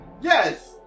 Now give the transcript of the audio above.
Yes